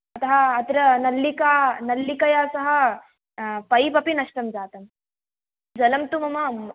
हा अत्र नल्लिका नल्लिकया सह पैप् अपि नष्टं जातं जलं तु मम